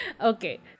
okay